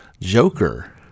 Joker